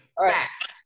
Facts